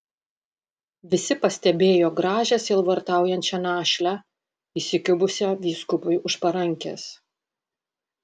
visi pastebėjo gražią sielvartaujančią našlę įsikibusią vyskupui už parankės